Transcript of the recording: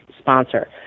sponsor